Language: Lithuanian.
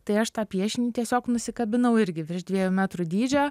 tai aš tą piešinį tiesiog nusikabinau irgi virš dviejų metrų dydžio